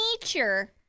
Nature